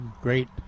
great